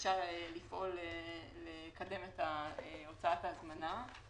בבקשה לפעול לקדם את הוצאת ההזמנה.